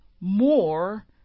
more